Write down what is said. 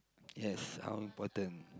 yes how important